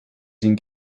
zin